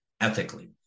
ethically